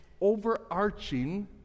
overarching